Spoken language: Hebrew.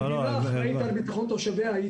המדינה אחראית על ביטחון תושביה.